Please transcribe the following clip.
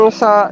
sa